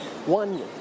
One